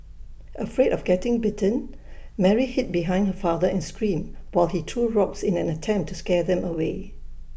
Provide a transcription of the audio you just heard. afraid of getting bitten Mary hid behind her father and screamed while he threw rocks in an attempt to scare them away